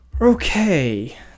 Okay